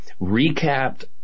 recapped